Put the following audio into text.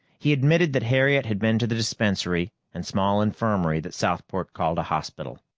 he admitted that harriet had been to the dispensary and small infirmary that southport called a hospital.